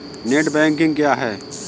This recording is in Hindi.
नेट बैंकिंग क्या है?